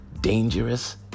dangerous